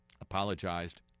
apologized